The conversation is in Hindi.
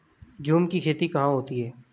झूम की खेती कहाँ होती है?